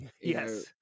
Yes